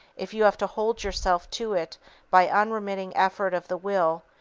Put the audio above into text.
if you have to hold yourself to it by unremitting effort of the will,